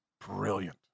brilliant